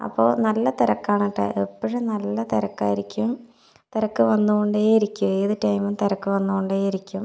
അപ്പോൾ നല്ല തിരക്കാണ് എപ്പോഴും നല്ല തിരക്കായിരിക്കും തിരക്ക് വന്നു കൊണ്ടേയിരിക്കും ഏത് ടൈമും തിരക്ക് വന്നു കൊണ്ടേയിരിക്കും